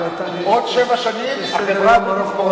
עוד שבע שנים החברה הזאת תתפורר.